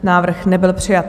Návrh nebyl přijat.